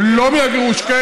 לא מהגירוש,